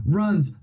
runs